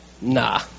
nah